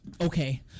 Okay